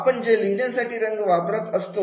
आपण जे लिहिण्यासाठी रंग वापरत असतो